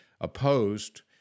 opposed